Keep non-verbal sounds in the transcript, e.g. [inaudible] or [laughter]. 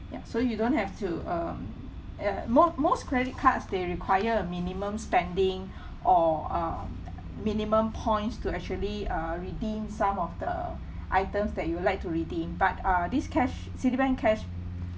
ya so you don't have to um uh mo~ most credit cards they require a minimum spending [breath] or uh minimum points to actually uh redeemed some of the items that you will like to redeem but uh this cash Citibank cash